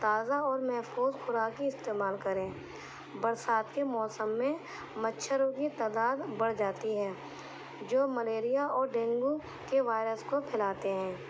تازہ اور محفوظ خوراک ہی استعمال کریں برسات کے موسم میں مچھروں کی تعداد بڑھ جاتی ہے جو ملیریا اور ڈینگو کے وائرس کو پھیلاتے ہیں